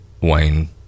Wayne